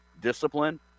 discipline